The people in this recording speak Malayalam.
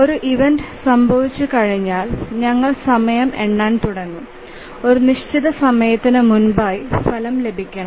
ഒരു ഇവന്റ് സംഭവിച്ചുകഴിഞ്ഞാൽ ഞങ്ങൾ സമയം എണ്ണാൻ തുടങ്ങും ഒരു നിശ്ചിത സമയത്തിന് മുമ്പായി ഫലം ലഭിക്കണം